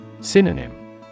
Synonym